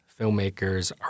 filmmakers